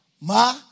Ma